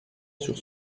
sur